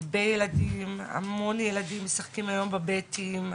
הרבה ילדים, היום ילדים משחקים היום בבתים,